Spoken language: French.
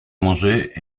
manger